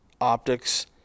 optics